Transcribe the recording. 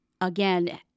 again